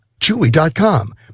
Chewy.com